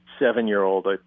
seven-year-old